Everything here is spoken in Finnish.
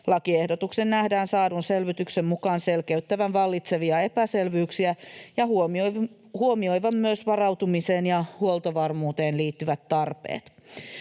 Lakiehdotuksen nähdään saadun selvityksen mukaan selkeyttävän vallitsevia epäselvyyksiä ja huomioivan myös varautumiseen ja huoltovarmuuteen liittyvät tarpeet.